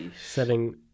setting